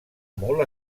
molt